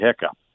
hiccup